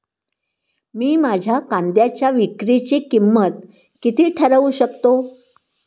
मी माझ्या कांद्यांच्या विक्रीची किंमत किती ठरवू शकतो?